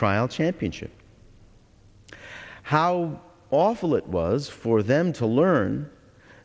trial championship how awful it was for them to learn